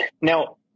Now